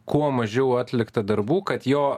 kuo mažiau atlikta darbų kad jo